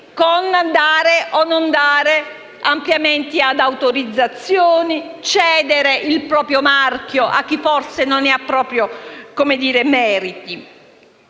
con il dare o non dare ampliamenti ad autorizzazioni o cedere il proprio marchio a chi forse non ne ha proprio i meriti.